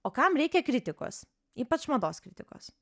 o kam reikia kritikos ypač mados kritikos